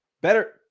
better